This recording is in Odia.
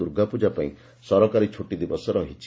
ଦୁର୍ଗାପ୍ଜା ପାଇଁ ସରକାରୀ ଛୁଟି ଦିବସ ରହିଛି